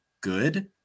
good